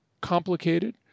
complicated